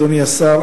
אדוני השר,